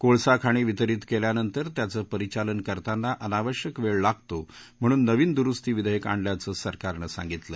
कोळसा खाणी वितरीत केल्यानंतर त्याचं परिचालन करताना अनावश्यक वेळ लागतो म्हणून नवीन दुरुस्ती विधेयक आणल्याचं सरकारनं सांगितलं